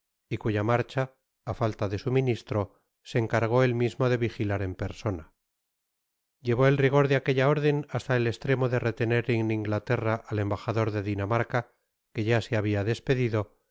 y cuya marcha á falta de su ministro se encargó él mismo de vigilar en persona llevó el rigor de aquella orden hasta el estremo de retener en inglaterra al embajador de dinamarca que ya se habia despedido